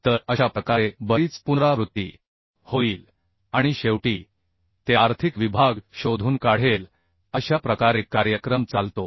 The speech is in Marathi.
तर अशा प्रकारे बरीच पुनरावृत्ती होईल आणि शेवटी ते आर्थिक विभाग शोधून काढेल अशा प्रकारे कार्यक्रम चालतो